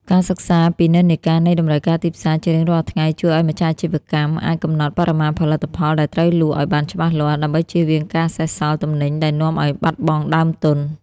ការសិក្សាពីនិន្នាការនៃតម្រូវការទីផ្សារជារៀងរាល់ថ្ងៃ ជួយឱ្យម្ចាស់អាជីវកម្មអាចកំណត់បរិមាណផលិតផលដែលត្រូវលក់ឱ្យបានច្បាស់លាស់ ដើម្បីចៀសវាងការសេសសល់ទំនិញដែលនាំឱ្យបាត់បង់ដើមទុន។